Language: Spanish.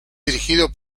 dirigido